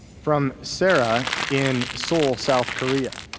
from sarah in seoul, south korea.